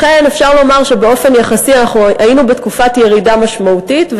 לכן אפשר לומר שבאופן יחסי אנחנו היינו בתקופת ירידה משמעותית,